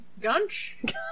Gunch